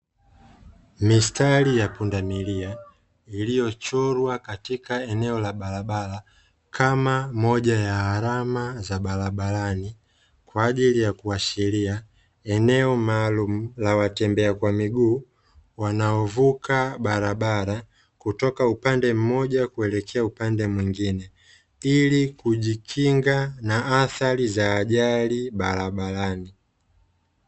Mistari ya pundamilia, iliyochorwa katika eneo la barabara, kama moja ya alama za barabarani kwa ajili ya kuashiria eneo maalumu la watembea kwa miguu wanaovuka barabara, kutoka upande mmoja kuelekea upande mwingine ili kujikinga na athari za ajali barabarani.